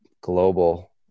global